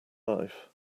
life